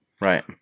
right